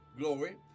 Glory